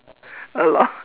a lot